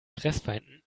fressfeinden